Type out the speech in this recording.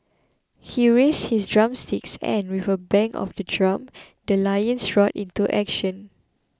he raised his drumsticks and with a bang of the drum the lions roared into action